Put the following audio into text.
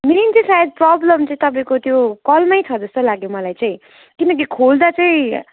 main चाहिँ सायद problem चाहिँ तपाईँको त्यो कलमै छ जस्तो लाग्यो मलाई चाहिँ किनकि खोल्दा चाहिँ